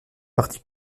parti